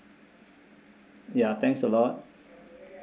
ya thanks a lot